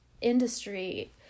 industry